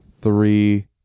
three